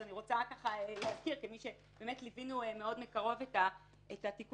אז אני רוצה להזכיר כמי שבאמת ליווינו מאוד מקרוב התיקון